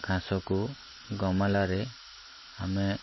ଘାସକୁ ଗମଲାରେ ଆମେ